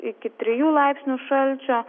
iki trijų laipsnių šalčio